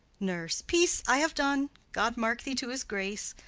nurse. peace, i have done. god mark thee to his grace!